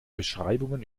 beschreibungen